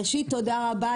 ראשית, תודה רבה.